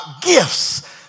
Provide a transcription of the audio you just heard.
gifts